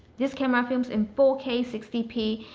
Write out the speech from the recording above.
this camera films in four k sixty p,